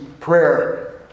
Prayer